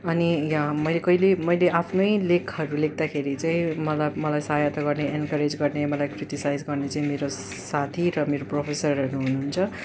अनि या मैले कहिले मैले आफ्नै लेखहरू लेख्दाखेरि चाहिँ मलाई मलाई सहायता गर्ने इन्करेज गर्ने मलाई क्रिटिसाइज गर्ने चाहिँ मेरो साथी र मेरो प्रोफेसरहरू हुनुहुन्छ